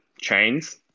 chains